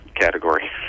category